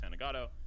Sanagato